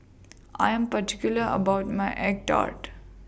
I Am particular about My Egg Tart